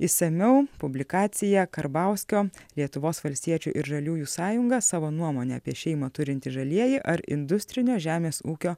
išsamiau publikacija karbauskio lietuvos valstiečių ir žaliųjų sąjunga savo nuomonę apie šeimą turintys žalieji ar industrinio žemės ūkio